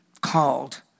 called